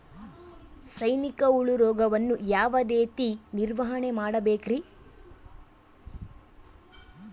ಸೈನಿಕ ಹುಳು ರೋಗವನ್ನು ಯಾವ ರೇತಿ ನಿರ್ವಹಣೆ ಮಾಡಬೇಕ್ರಿ?